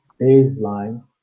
baseline